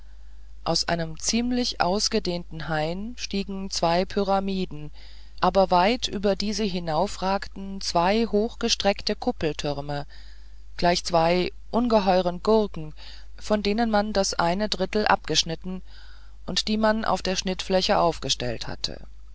aus einem ziemlich ausgedehnten hain stiegen zwei pyramiden aber weit über diese hinauf ragten zwei hochgestreckte kuppeltürme gleich zwei ungeheuren gurken von denen man das eine drittel abgeschnitten und die man auf der schnittfläche aufgestellt hatte